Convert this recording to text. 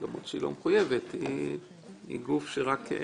למרות שהיא לא מחויבת היא גוף מייעץ.